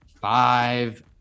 Five